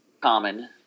common